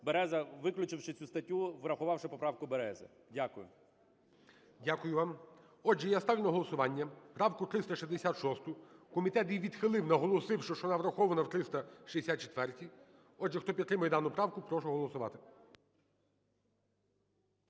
Береза, виключивши цю статтю, врахувавши поправку Берези. Дякую. ГОЛОВУЮЧИЙ. Дякую вам. Отже, я ставлю на голосування правку 366. Комітет її відхилив, наголосивши, що вона врахована в 364-й. Отже, хто підтримує дану правку, прошу голосувати.